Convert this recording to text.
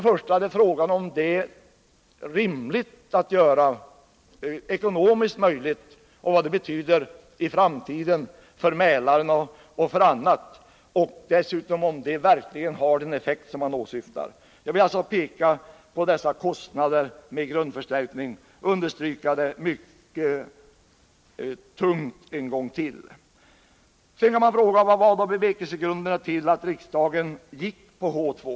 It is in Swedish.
Frågan är här främst vad som är rimligt att göra från ekonomisk synpunkt och vad dessa åtgärder betyder i framtiden för Mälaren och ur andra aspekter. Det kan dessutom ifrågasättas om åtgärderna verkligen får den åsyftade effekten. Jag vill än en gång mycket starkt understryka den betydelse som frågan om kostnaderna för grundförstärkningar har. Man kan också fråga vad som var bevekelsegrunderna till att riksdagen gick in för alternativet H 2.